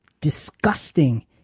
disgusting